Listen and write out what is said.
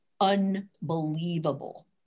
unbelievable